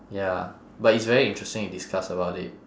ya but it's very interesting to discuss about it